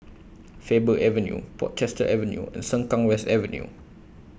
Faber Avenue Portchester Avenue and Sengkang West Avenue